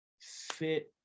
fit